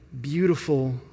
beautiful